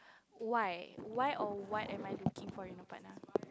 why why or what am I looking for in a partner